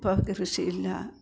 ഇപ്പോൾ കൃഷിയില്ല